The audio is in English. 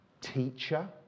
teacher